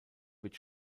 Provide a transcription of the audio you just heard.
wird